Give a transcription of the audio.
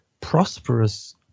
prosperous